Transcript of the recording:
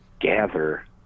gather